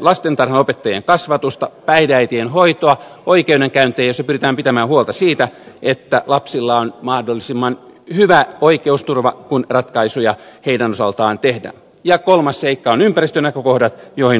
lastentarhanopettajien kasvatusta päihdeäitien hoitoa oikeudenkäyntejä joissa pyritään pitämään huolta siitä että lapsilla on mahdollisimman hyvä oikeusturva kun ratkaisuja heidän osaltaan tehdään ja kolmas seikka on ympäristönäkökohdat joihin on syytä panostaa